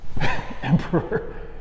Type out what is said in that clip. Emperor